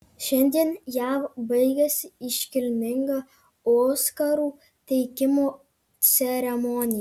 šiandien jav baigėsi iškilminga oskarų teikimo ceremonija